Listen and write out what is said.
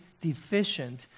deficient